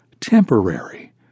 temporary